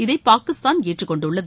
இதை பாகிஸ்தான் ஏற்றுக் கொண்டுள்ளது